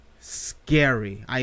scary